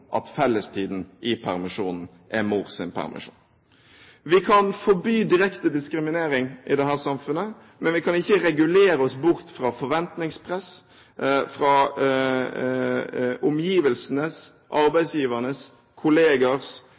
at fellestiden i permisjonen er mors permisjon. Vi kan forby direkte diskriminering i dette samfunnet, men vi kan ikke regulere oss bort fra forventningspress fra omgivelsene – arbeidsgivernes,